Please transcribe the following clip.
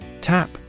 Tap